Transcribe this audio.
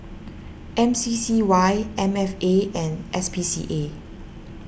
M C C Y M F A and S P C A